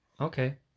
Okay